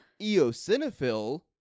eosinophil